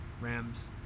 Rams